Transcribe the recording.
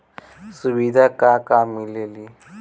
सुविधा का का मिली?